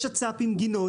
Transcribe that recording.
יש שצ"פ עם גינות.